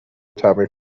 تعمیر